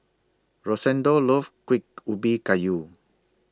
Rosendo loves Kuih Ubi Kayu